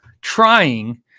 trying